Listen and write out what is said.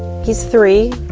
he's three.